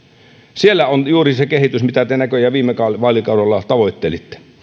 siellä on juuri se kehitys mitä te näköjään viime vaalikaudella tavoittelitte